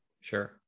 sure